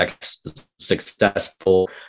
successful